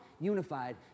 unified